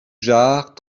jard